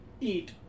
eat